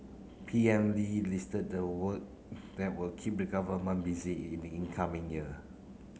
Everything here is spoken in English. P M Lee listed the work that will keep the government busy in in coming year